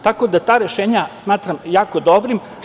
Tako da ta rešenja smatram jako dobrim.